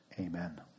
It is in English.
Amen